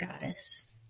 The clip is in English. goddess